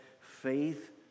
Faith